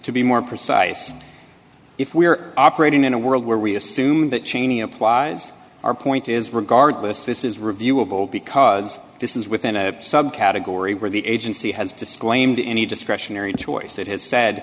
to be more precise if we are operating in a world where we assume that cheney applies our point is regardless this is reviewable because this is within a subcategory where the agency has disclaimed any discretionary choice that has